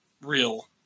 real